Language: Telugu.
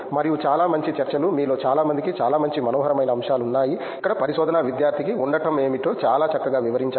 మరియు చాలా మంచి చర్చలు మీలో చాలా మందికి చాలా మంచి మనోహరమైన అంశాలు ఉన్నాయి ఇక్కడ పరిశోధనా విద్యార్థికి ఉండటమేమిటో చాలా చక్కగా వివరించారు